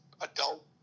adult